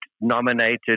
nominated